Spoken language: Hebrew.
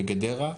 בגדרה,